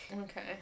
okay